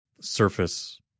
surface